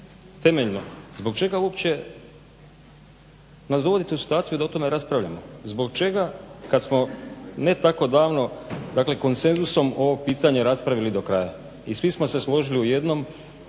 temeljno zbog čega nas dovodite u situaciju da o tome raspravljamo, zbog čega kad smo ne tako davno, dakle konsenzusom ovo pitanje raspravili do kraja. I svi smo se složili u jednom.